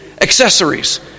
accessories